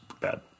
bad